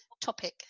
topic